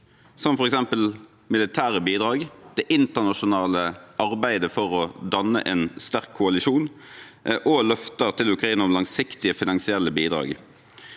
godt, f.eks. militære bidrag, det internasjonale arbeidet for å danne en sterk koalisjon og løfter til Ukraina om langsiktige finansielle bidrag,